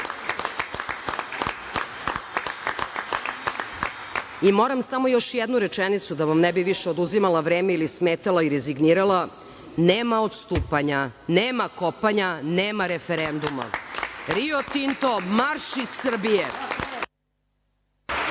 vašem…Moram samo još jednu rečenicu, da vam više ne bi oduzimala vreme ili smetala i rezignirala, nema odstupanja, nema kopanja, nema referenduma. Rio Tinto marš iz Srbije!